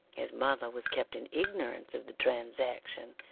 his mother was kept in ignorance of the transaction,